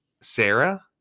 Sarah